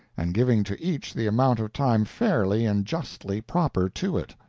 and giving to each the amount of time fairly and justly proper to it.